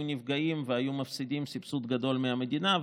נפגעים והיו מפסידים סבסוד גדול מהמדינה.